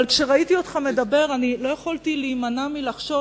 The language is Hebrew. אבל כשראיתי אותך מדבר לא יכולתי להימנע מלחשוב